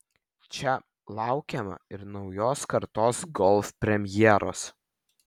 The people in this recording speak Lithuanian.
čia laukiama ir naujos kartos golf premjeros